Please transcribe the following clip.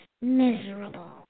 miserable